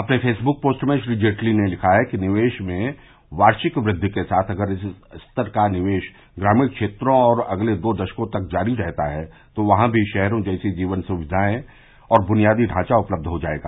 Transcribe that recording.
अपने Facebook post में श्री जेटली ने लिखा है कि निवेश में वार्षिक वृद्धि के साथ अगर इस स्तर का निवेश ग्रमीण क्षेत्रों में अगले दो दशको तक जारी रहता है तो वहां भी शहरों जैसे जीवन सुविधाएं और बुनियादी ढांचा उपलब्ध हो जाएगा